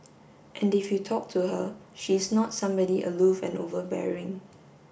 and if you talk to her she's not somebody aloof and overbearing